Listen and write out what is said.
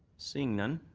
seeing none,